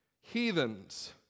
heathens